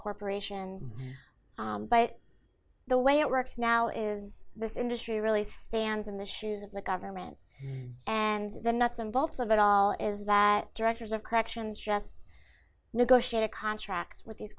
corporations but the way it works now is this industry really stands in the shoes of the government and the nuts and bolts of it all is that directors of corrections just negotiated contracts with these